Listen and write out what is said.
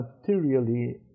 materially